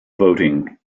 voting